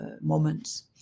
moments